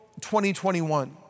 2021